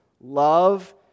love